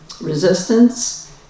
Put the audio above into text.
resistance